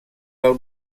del